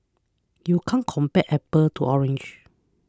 you can't compare apples to oranges